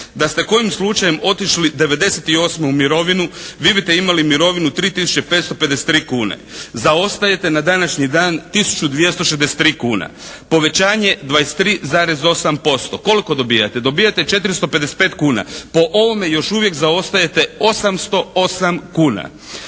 da ste kojim slučajem otišli '98. u mirovinu vi biste imali mirovinu 3 tisuće 553 kuna. Zaostajete na današnji dan tisuću 263 kuna. Povećanje 23,8%. Koliko dobijate? Dobijate 455 kuna. Po ovome još uvijek zaostajete 808 kuna.